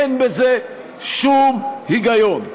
אין בזה שום היגיון.